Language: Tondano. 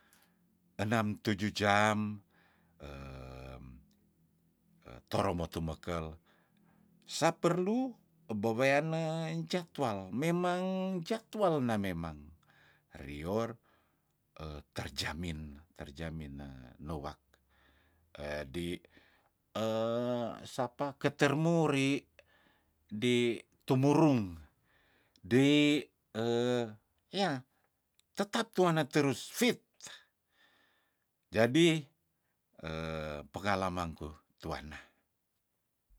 Enam tuju jam etoromo tumekel saperlu ebeweane injadwal memang jadwal namemang rior terjamin terjamin nuwak edi sapa ketermuri di tumurung dei eyah tetap tuana terus fit jadi pengalamangku tuanna.